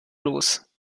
los